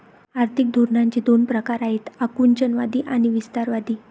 आर्थिक धोरणांचे दोन प्रकार आहेत आकुंचनवादी आणि विस्तारवादी